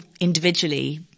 individually